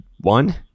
one